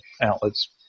outlets